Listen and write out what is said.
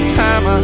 time